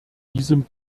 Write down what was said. diesem